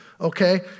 okay